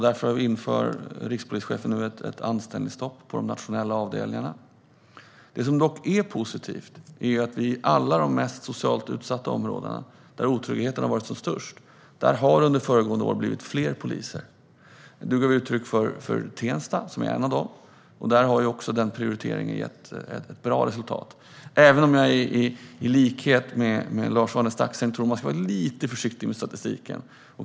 Därför inför rikspolischefen nu ett anställningsstopp på de nationella avdelningarna. Det som dock är positivt är att det i alla de mest socialt utsatta områdena, där otryggheten har varit som störst, har blivit fler poliser under föregående år. Du tog Tensta som exempel, Lars-Arne Staxäng, och det är ett av områdena. Där har denna prioritering gett ett bra resultat - även om jag i likhet med Lars-Arne Staxäng tror att man ska vara lite försiktig med statistiken.